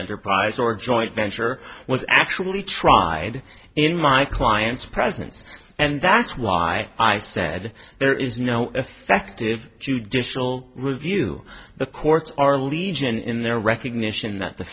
enterprise or joint venture was actually tried in my client's presence and that's why i said there is no effective judicial review the courts are legion in their recognition that the